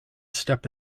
step